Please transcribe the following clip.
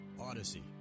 Odyssey